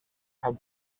had